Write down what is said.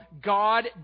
God